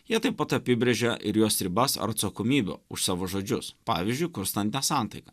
jie taip pat apibrėžia ir jos ribas ar atsakomybę už savo žodžius pavyzdžiui kurstant nesantaiką